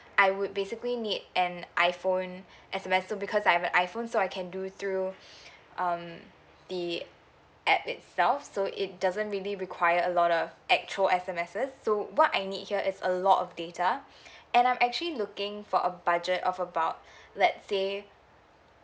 I would basically need an iphone S_M_S because I've a iphone so I can do through um the app itself so it doesn't really require a lot of actual S_M_Ses so what I need here is a lot of data and I'm actually looking for a budget of about let's say